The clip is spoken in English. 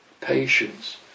patience